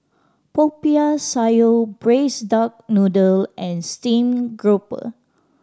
Popiah Sayur Braised Duck Noodle and steamed grouper